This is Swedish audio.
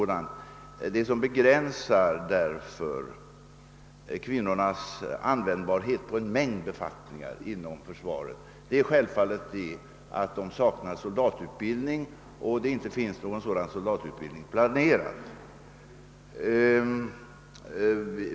Vad som begränsar kvinnornas användbarhet på en mängd befattningar inom försvaret är självfallet den omständigheten att de saknar soldatutbildning och att någon sådan utbildning inte finns planerad.